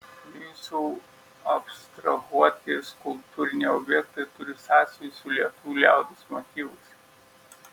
jūsų abstrahuoti skulptūriniai objektai turi sąsajų su lietuvių liaudies motyvais